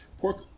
pork